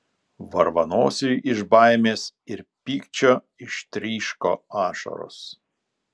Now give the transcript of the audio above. varvanosiui iš baimės ir pykčio ištryško ašaros